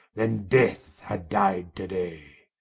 then death had dyed to day.